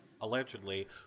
allegedly